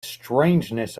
strangeness